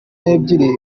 n’ebyiri